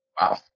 Wow